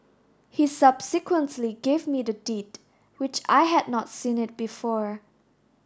he subsequently gave me the Deed which I had not seen it before